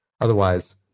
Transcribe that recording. Otherwise